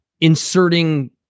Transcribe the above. inserting